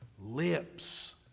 lips